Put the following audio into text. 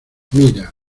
mira